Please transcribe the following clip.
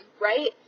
right